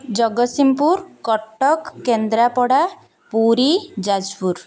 Jagatsinghpur Cuttack Kendrapara Puri Jajpur